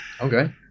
okay